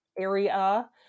area